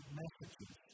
messages